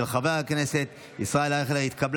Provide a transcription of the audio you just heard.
לוועדה שתקבע